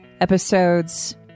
episodes